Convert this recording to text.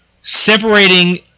separating